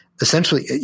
essentially